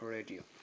Radio